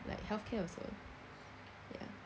like healthcare also ya